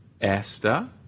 Esther